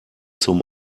zum